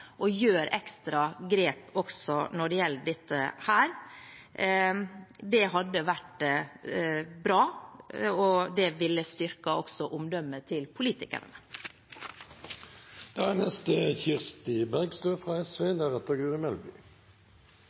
ekstra grep også når det gjelder dette. Det hadde vært bra, og det ville også styrket omdømmet til politikerne.